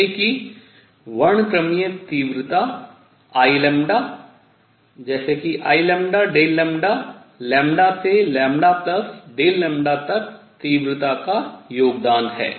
जैसे कि वर्णक्रमीय तीव्रता I जैसे कि I λ से Δ तक तीव्रता का योगदान है